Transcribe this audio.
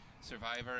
survivor